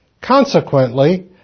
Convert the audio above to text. Consequently